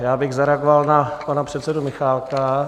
Já bych zareagoval na pana předsedu Michálka.